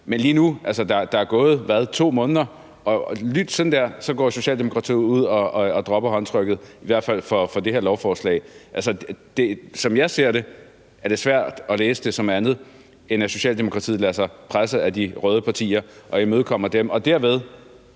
Man nu er der gået 2 måneder, og vupti, sådan der, så går Socialdemokratiet ud og dropper håndtrykket – i hvert fald i forbindelse med det her lovforslag. Som jeg ser det, er det svært at læse det som andet, end at Socialdemokratiet lader sig presse af de røde partier og imødekommer dem og derved